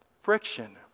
Friction